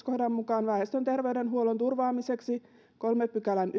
kohdan mukaan väestön terveydenhuollon turvaamiseksi kolmannen pykälän